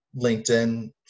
LinkedIn